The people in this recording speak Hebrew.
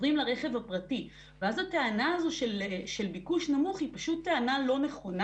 עוברים לרכב הפרטי ואז הטענה של ביקוש נמוך היא פשוט טענה לא נכונה